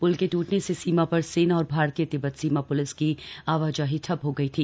पुल के टूटने से सीमा पर सेना और भारतीय तिब्बत सीमा प्लिस की आवाजाही ठप हो गयी थी